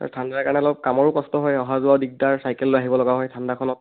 আৰু ঠাণ্ডাৰ কাৰণে অলপ কামৰো কষ্ট অহা যোৱা দিগদাৰ চাইকেল লৈ আহিবলগা লয় ঠাণ্ডাখনত